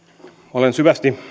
olen syvästi